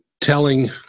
telling